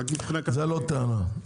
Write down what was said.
זה לא טענה.